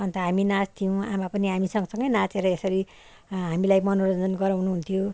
अन्त हामी नाच्थ्यौँ आमा पनि हामी सँगसँगै नाचेर यसरी हामीलाई मनोरन्जन गराउनु हुन्थ्यो